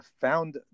found